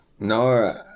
No